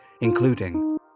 including